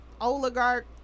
oligarch